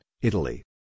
Italy